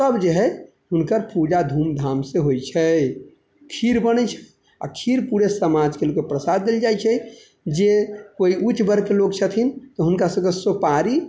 तब जे हइ एकर पूजा धूमधामसँ होइ छै खीर बनै छै आओर खीर पूरे समाजके लोकके प्रसाद देल जाइ छै जे कोइ उच्च वर्गके लोक छथिन हुनका सबके सुपारी आओर